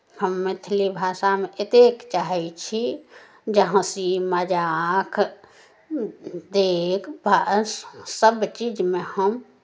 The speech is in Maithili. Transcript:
हम मैथिली भाषामे एतेक चाहै छी जे हँसी मजाक देख भास सभ चीजमे हम